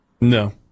No